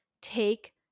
take